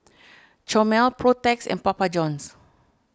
Chomel Protex and Papa Johns